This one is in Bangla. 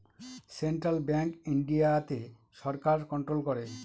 সেন্ট্রাল ব্যাঙ্ক ইন্ডিয়াতে সরকার কন্ট্রোল করে